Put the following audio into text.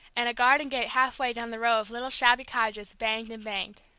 and a garden gate halfway down the row of little shabby cottages banged and banged.